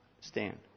stand